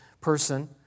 person